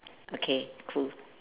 okay cool